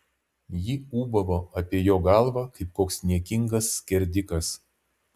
ji ūbavo apie jo galvą kaip koks niekingas skerdikas